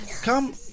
Come